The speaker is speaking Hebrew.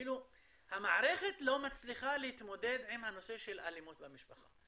כאילו המערכת לא מצליחה להתמודד עם הנושא של אלימות במשפחה.